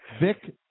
Vic